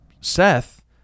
Seth